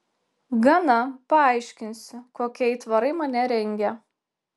gana paaiškinsiu kokie aitvarai mane rengia